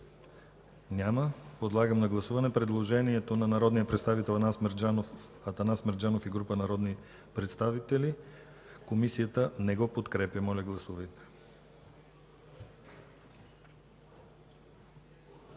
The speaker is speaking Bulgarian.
Няма. Подлагам на гласуване предложението на народния представител Атанас Мерджанов и група народни представители, което Комисията не подкрепя. Гласували